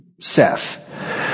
Seth